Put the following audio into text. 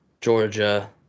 Georgia